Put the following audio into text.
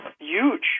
Huge